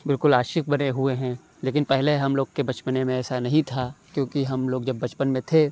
بالکل عاشق بنے ہوئے ہیں لیکن پہلے ہم لوگ کے بچپنے میں ایسا نہیں تھا کیوں کہ ہم لوگ جب بچپن میں تھے